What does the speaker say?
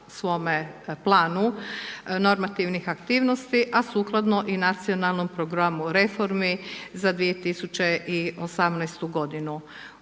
planu normativnih aktivnosti, a sukladno i nacionalnom programu reformi za 2018. godinu.